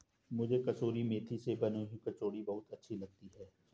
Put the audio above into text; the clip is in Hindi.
मुझे कसूरी मेथी से बनी हुई कचौड़ी बहुत अच्छी लगती है